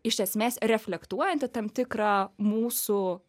iš esmės reflektuojantį tam tikrą mūsų